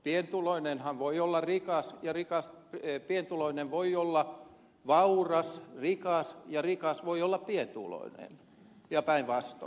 pienituloinenhan voi olla rikas ja rikas vie pienituloinen voi olla vauras rikas ja rikas voi olla pienituloinen ja päinvastoin